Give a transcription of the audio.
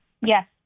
Yes